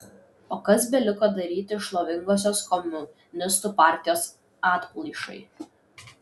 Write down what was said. o kas beliko daryti šlovingosios komunistų partijos atplaišai